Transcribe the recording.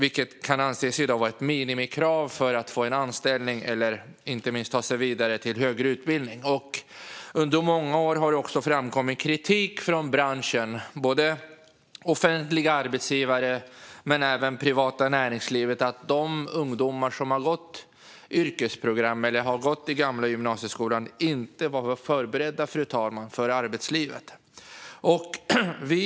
I dag kan en gymnasieutbildning anses vara ett minimikrav för att få en anställning eller ta sig vidare till högre utbildning. Under många år har det också kommit kritik från branschen, både från offentliga arbetsgivare och från det privata näringslivet, om att de ungdomar som har gått yrkesprogram eller i den gamla gymnasieskolan inte har varit förberedda för arbetslivet, fru talman.